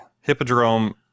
hippodrome